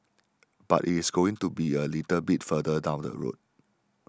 but it's going to be a little bit further down the road